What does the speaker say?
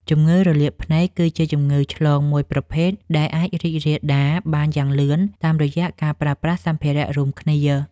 ជំងឺរលាកភ្នែកគឺជាជំងឺឆ្លងមួយប្រភេទដែលអាចរីករាលដាលបានយ៉ាងលឿនតាមរយៈការប្រើប្រាស់សម្ភារៈរួមគ្នា។